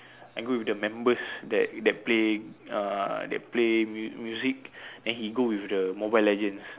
I go with the members that that play uh that play mu~ music then he go with the mobile legends